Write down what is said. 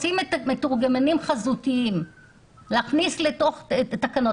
רוצים להכניס מתורגמנים חזותיים לתוך תקנות.